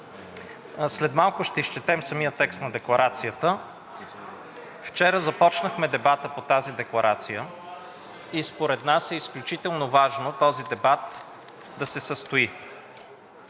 след малко ще изчетем самия текст на Декларацията. Вчера започнахме дебата по тази декларация и според нас е изключително важно този дебат да се състои.